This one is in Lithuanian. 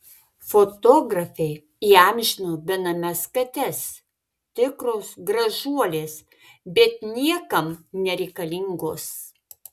fotografė įamžino benames kates tikros gražuolės bet niekam nereikalingos